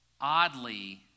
oddly